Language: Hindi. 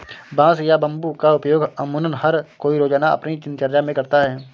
बांस या बम्बू का उपयोग अमुमन हर कोई रोज़ाना अपनी दिनचर्या मे करता है